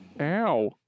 Ow